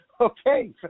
Okay